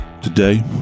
Today